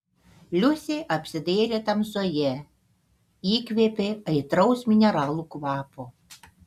liusė apsidairė tamsoje įkvėpė aitraus mineralų kvapo